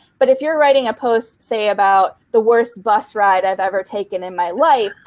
but if you're writing a post say about the worst bus ride i've ever taken in my life,